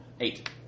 eight